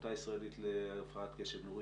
העמותה הישראלית להפרעת קשב קוים ומחשבות,